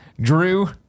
Drew